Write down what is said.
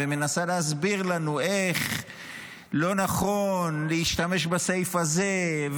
ומנסה להסביר לנו איך לא נכון להשתמש בסעיף הזה,